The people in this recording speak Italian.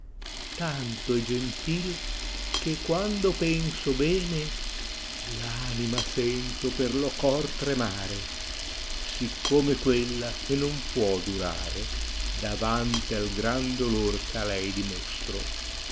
tanto è gentil che quando penso bene l anima sento per lo cor tremare siccome quella che non può dorare datante al gran dolor che a lei dimostro